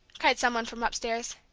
cried some one from upstairs.